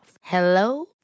Hello